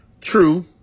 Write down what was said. True